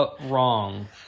Wrong